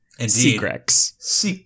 Secrets